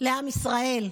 לעם ישראל,